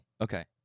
Okay